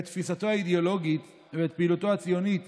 על תפיסתו האידיאולוגית ופעילותו הציונית